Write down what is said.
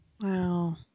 Wow